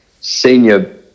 senior